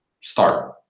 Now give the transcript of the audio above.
start